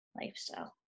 lifestyle